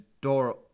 door